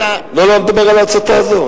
אני לא מדבר על ההצתה הזאת,